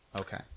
Okay